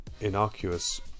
innocuous